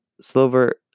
Silver